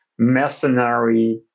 mercenary